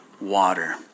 water